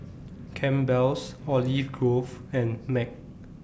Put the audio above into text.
Campbell's Olive Grove and Mac